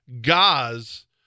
Gaz